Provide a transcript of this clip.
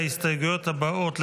ההסתייגויות הבאות,